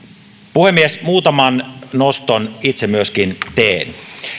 puhemies muutaman noston itse myöskin teen